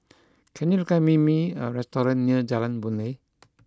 can you recommend me a restaurant near Jalan Boon Lay